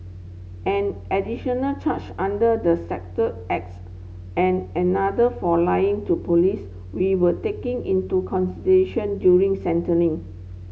an additional charge under the Sector Acts and another for lying to police we were taken into consideration during sentencing